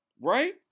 right